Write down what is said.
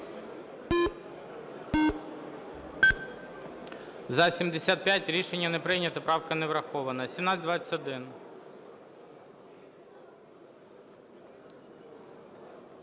За-73 Рішення не прийнято, правка не врахована. 1976.